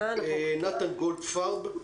נתן גולדפרב,